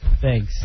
Thanks